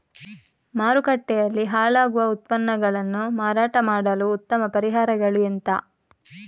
ಮಾರುಕಟ್ಟೆಯಲ್ಲಿ ಹಾಳಾಗುವ ಉತ್ಪನ್ನಗಳನ್ನು ಮಾರಾಟ ಮಾಡಲು ಉತ್ತಮ ಪರಿಹಾರಗಳು ಎಂತ?